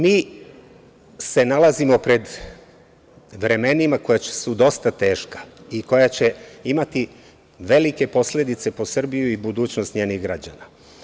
Mi se nalazimo pred vremenima koje su dosta teška i koja će imati velike posledice po Srbiju i budućnost njenih građana.